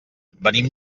venim